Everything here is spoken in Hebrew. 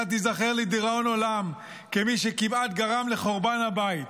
אתה תיזכר לדיראון עולם כמי שכמעט גרם לחורבן הבית.